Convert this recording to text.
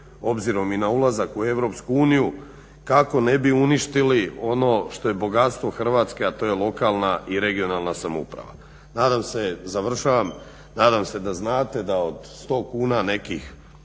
obzirom i na ulazak u Europsku uniju kako ne bi uništili ono što je bogatstvo Hrvatske, a to je lokalna i regionalna samouprava. Nadam se, završavam, nadam se da znate da od 100 kuna nekih